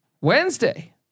Wednesday